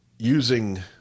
using